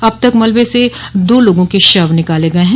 अब तक मलबे से दो लोगों के शव निकाले गये हैं